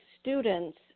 students